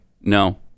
No